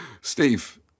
Steve